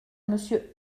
monsieur